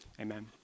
Amen